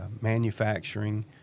manufacturing